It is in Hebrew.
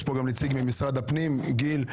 יש פה גם נציג ממשרד הפנים, גיל,